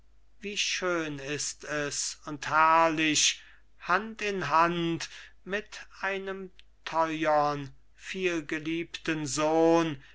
wie schön ist es und herrlich hand in hand mit einem teuern vielgeliebten sohn